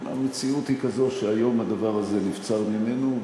המציאות היא כזאת, שהיום הדבר הזה נבצר ממנו.